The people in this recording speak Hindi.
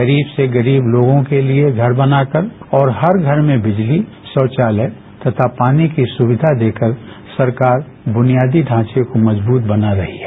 गरीब से गरीब लोगों के लिए घर बनाकर और हर घर में विजली रौचालय तथा पानी की सुविधा देकर सरकार बुनियादी ढांचे को मजबूत बना रही है